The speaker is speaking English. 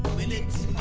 minutes.